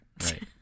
Right